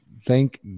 Thank